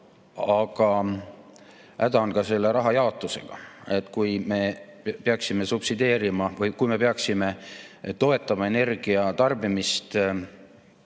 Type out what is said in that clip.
Aga häda on ka selle raha jaotusega. Kui me peaksime subsideerima või kui me peaksime toetama energia tarbimist,